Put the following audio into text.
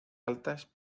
altas